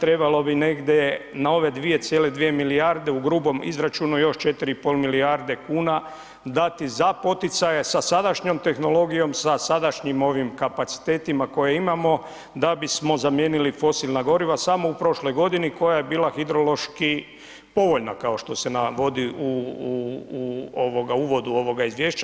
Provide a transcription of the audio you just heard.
trebalo bi negdje na ove 2,2 milijarde u grubom izračunu još 4,5 milijarde kuna dati za poticaje sa sadašnjom tehnologijom, sa sadašnjim kapacitetima koje imamo da bismo zamijenili fosilna goriva samo u prošloj godini koja je bila hidrološki povoljna kao što se navodi u uvodu ovog izvješća.